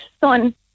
son